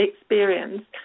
experience